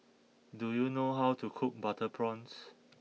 do you know how to cook Butter Prawns